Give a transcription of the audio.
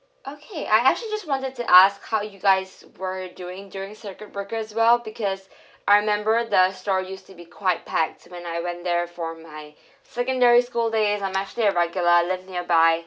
okay I actually just wanted to ask how you guys were doing during circuit breaker as well because I remember the store used to be quite packed when I went there for my secondary school days I'm actually a regular I live nearby